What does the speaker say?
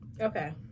Okay